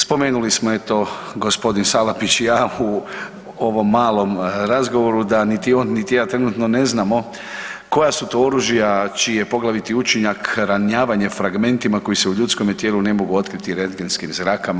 Spomenuli smo eto gospodin Salapić i ja u ovom malom razgovoru da niti on, niti ja trenutno ne znamo koja su to oružja čiji je poglaviti učinak ranjavanje fragmentima koji se u ljudskome tijelu ne mogu otkriti rengenskim zrakama.